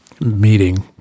Meeting